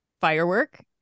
Firework